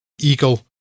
eagle